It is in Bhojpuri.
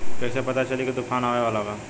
कइसे पता चली की तूफान आवा वाला बा?